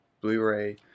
Blu-ray